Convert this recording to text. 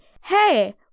Hey